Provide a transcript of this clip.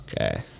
Okay